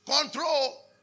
control